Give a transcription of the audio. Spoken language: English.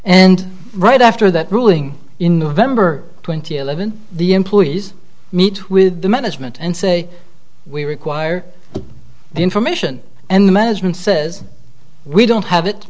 and right after that ruling in november twenty seventh the employees meet with the management and say we require the information and the management says we don't have it